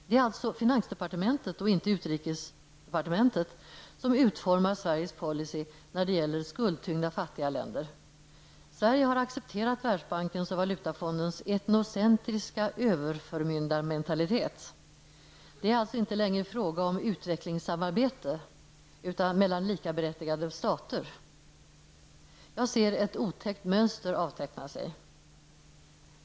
Det är alltså finansdepartementet, och inte utrikesdepartementet, som utformar Sveriges policy när det gäller skuldtyngda, fattiga länder. Sverige har accepterat Världsbankens och Valutafondens etnocentriska överförmyndigarmentalitet. Det är alltså inte längre fråga om utvecklingssamarbete mellan likaberättigade stater. Jag ser ett otäckt mönster avteckna sig.